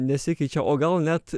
nesikeičia o gal net